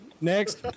next